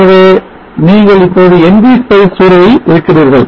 ஆகவே நீங்கள் இப்போது ng spice சூழலில் இருக்கிறீர்கள்